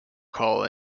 call